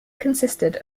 consisted